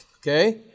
okay